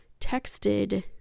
texted